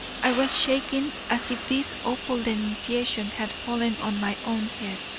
i was shaking as if this awful denunciation had fallen on my own head.